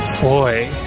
Boy